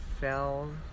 fell